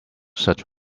such